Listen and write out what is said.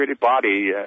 body